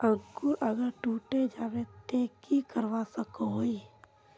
अंकूर अगर टूटे जाबे ते की करवा सकोहो ही?